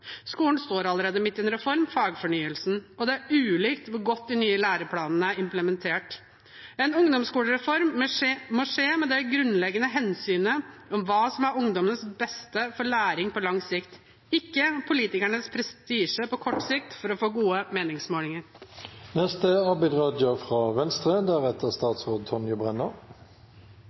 Skolen står allerede midt i en reform, Fagfornyelsen, og det er ulikt hvor godt de nye læreplanene er implementert. En ungdomsskolereform må skje med det grunnleggende hensynet om hva som er ungdommenes beste for læring på lang sikt, ikke politikernes prestisje på kort sikt for å få gode meningsmålinger.